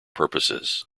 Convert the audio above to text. purposes